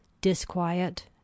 disquiet